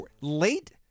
late